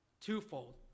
twofold